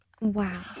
Wow